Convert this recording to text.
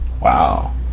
Wow